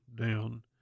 down